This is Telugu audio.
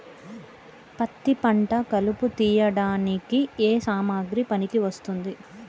పత్తి పంట కలుపు తీయడానికి ఏ సామాగ్రి పనికి వస్తుంది?